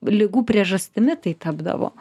ligų priežastimi tai tapdavo